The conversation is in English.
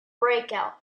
breakout